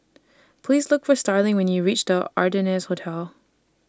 Please Look For Starling when YOU REACH The Ardennes Hotel